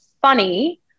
funny